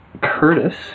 Curtis